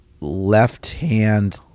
left-hand